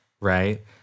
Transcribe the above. right